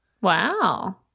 Wow